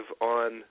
on